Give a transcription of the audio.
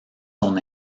son